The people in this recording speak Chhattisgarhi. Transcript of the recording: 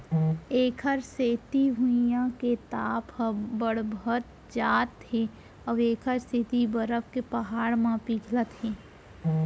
एखर सेती भुइयाँ के ताप ह बड़हत जावत हे अउ एखर सेती बरफ के पहाड़ मन पिघलत हे